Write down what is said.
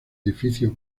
edificio